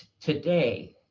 today